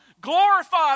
Glorify